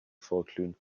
vorglühen